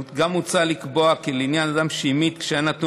גם מוצע לקבוע כי לעניין אדם שהמית כשהיה נתון